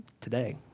today